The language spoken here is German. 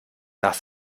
nach